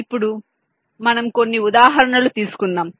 ఇప్పుడు మనం కొన్ని ఉదాహరణలు తీసుకుందాం